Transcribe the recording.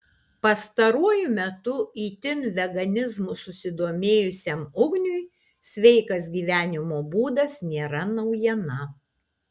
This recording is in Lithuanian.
pastaruoju metu itin veganizmu susidomėjusiam ugniui sveikas gyvenimo būdas nėra naujiena